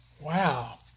wow